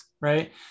right